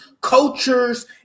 cultures